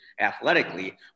athletically